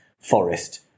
forest